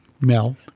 Mel